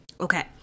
Okay